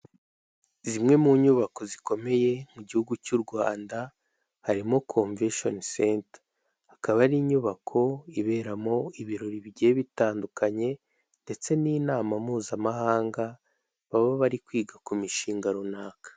Imwe mu nyubako zikomeye mu gihugu cy'u Rwanda, harimo Komveshoni Senta. Akaba ari inyubako iberamo ibirori bigiye bitandukanye, ndetse n'inama mpuzamahanga, baba bari kwiga ku mishinga runaka.